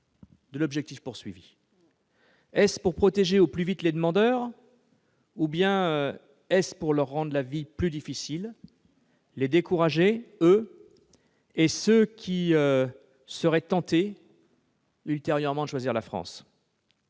de l'objectif visé : s'agit-il de protéger au plus vite les demandeurs ou de leur rendre la vie plus difficile et de les décourager, eux et ceux qui seraient tentés, ultérieurement, de choisir la France ?